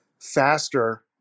Faster